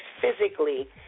physically